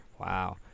Wow